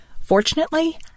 Fortunately